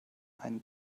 einen